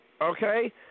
Okay